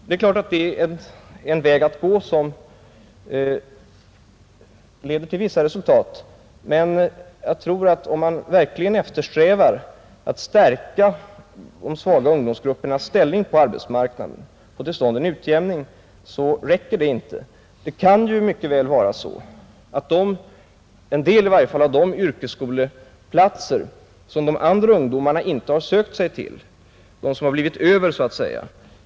Det är klart att denna väg leder till vissa resultat, men jag tror att om man verkligen försöker förstärka de svaga ungdomsgruppernas ställning på arbetsmarknaden och få en utjämning till stånd, så räcker det inte. Det kan mycket väl vara så att dessa ungdomar får ta i varje fall en del av de yrkesskoleplatser som de andra ungdomarna inte sökt sig till och som ”pblivit över”.